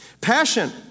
Passion